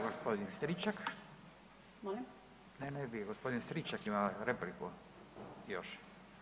gospodin Stričak [[Upadica: Molim?]] ne, ne vi, gospodin Stričak ima repliku još.